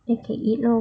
then can eat